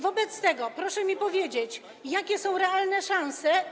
Wobec tego proszę mi powiedzieć, jakie są realne szanse.